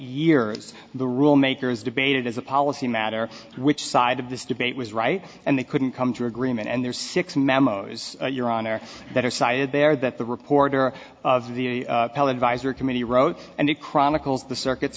years the rule makers debated as a policy matter which side of this debate was right and they couldn't come to agreement and there's six memos you're on there that are cited there that the reporter of the advisory committee wrote and it chronicles the circuit